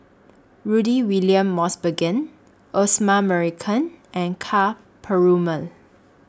Rudy William Mosbergen Osman Merican and Ka Perumal